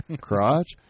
crotch